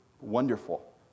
wonderful